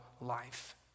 life